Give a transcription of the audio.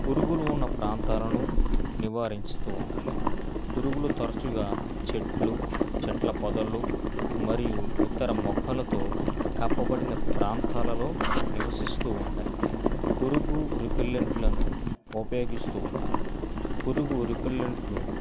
పురుగులు ఉన్న ప్రాంతాలను నివారించుతూ ఉండాలి పురుగులు తరచుగా చెట్లు చెట్ల పొదలు మరియు ఇతర మొక్కలతో కప్పబడిన ప్రాంతాలలో నివసిస్తూ ఉంటాయి పురుగు రిపెలెంట్లను ఉపయోగిస్తూ ఉండాలి పురుగు రిపెలెంట్లు